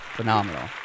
Phenomenal